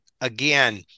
again